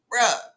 bruh